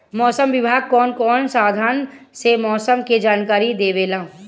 मौसम विभाग कौन कौने साधन से मोसम के जानकारी देवेला?